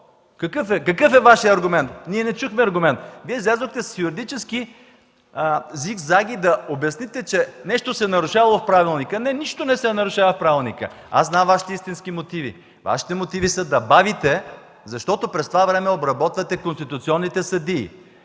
Какъв е Вашият аргумент? Ние не чухме аргумент. Вие излязохте с юридически зиг-заги да обясните, че нещо се нарушавало в правилника. Не, нищо не се нарушава в правилника. Аз знам Вашите истински мотиви. Вашите мотиви са да бавите, защото през това време обработвате конституционните съдии.